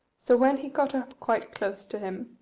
so when he got up quite close to him,